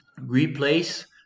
replace